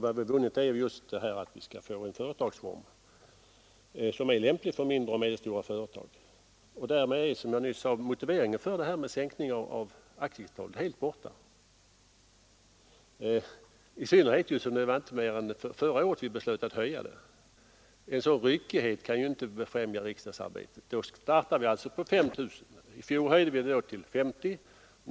Vad vi vunnit är just att vi skall få en ny företagsform som är lämplig för mindre och medelstora företag. Därmed är, som jag nyss sade, motiveringen för en sänkning av aktiekapitalet helt borta, i synnerhet som det inte var längre sedan än förra året som vi beslöt att höja det. En sådan ryckighet kan ju inte befrämja riksdagsarbetet. Vi startade med 5 000 kronor. I fjol höjde vi gränsen till 50 000 kronor.